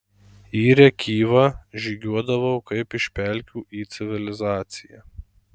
į rėkyvą žygiuodavau kaip iš pelkių į civilizaciją